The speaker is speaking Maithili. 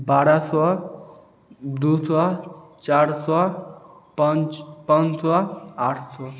बारह सओ दुइ सओ चारि सओ पाँच पाँच सओ आठ सओ